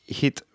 hit